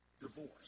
divorce